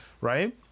right